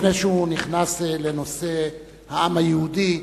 לפני שהוא נכנס לנושא העם היהודי,